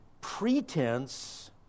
pretense